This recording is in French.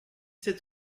sept